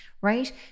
Right